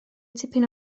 tipyn